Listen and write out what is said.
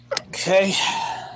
Okay